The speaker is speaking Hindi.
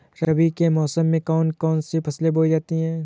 रबी मौसम में कौन कौन सी फसलें बोई जाती हैं?